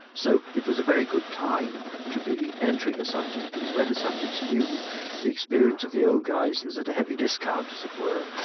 so it was a very good time to be entering a subject, because when the subject is new the experience of the old guys is at a heavy discount as it were.